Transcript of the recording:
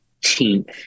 18th